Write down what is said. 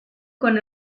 con